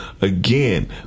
again